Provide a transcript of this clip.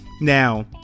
now